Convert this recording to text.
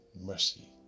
mercy